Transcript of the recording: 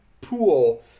pool